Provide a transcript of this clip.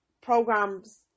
Programs